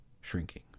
Shrinking